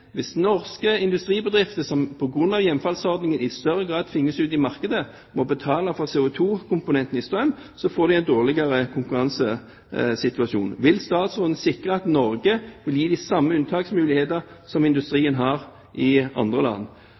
Hvis norske industribedrifter på grunn av hjemfallsordningen i større grad tvinges ut i markedet og må betale for CO2-komponenten i strøm, får de en dårligere konkurransesituasjon. Vil statsråden sikre at Norge blir gitt de samme unntaksmuligheter som industrien i andre land